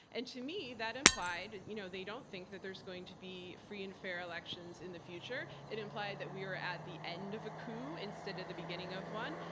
and to me, that implied you know they don't think that there's going to be free and fair elections in the future. it implied that we were at the end of a coup instead of the beginning of one.